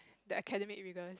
the academic rigours